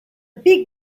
big